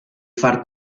far